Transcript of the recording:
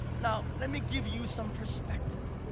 now, let me give you some perspective.